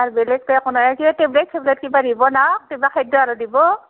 আৰু বেলেগতো একো নাই কিবা টেবলেট চেবলেট কিবা দিব নে কিবা খাদ্য আৰু দিব